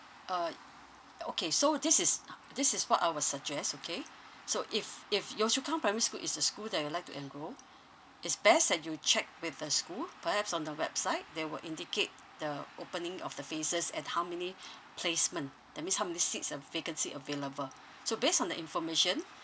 uh okay so this is this is what I will suggest okay so if if yio chu kang primary school is a school that you would like to enrol is best that you check with the school perhaps on the website they will indicate the opening of the phases and how many placement that means how many seats uh vacancy available so based on the information